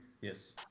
Yes